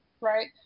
Right